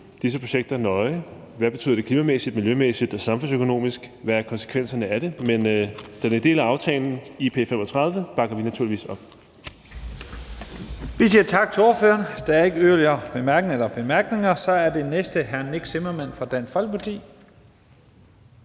disse projekter nøje: Hvad betyder det klimamæssigt, miljømæssigt og samfundsøkonomisk – hvad er konsekvenserne af det? Men da det er en del af aftalen IP35, bakker vi naturligvis op.